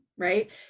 right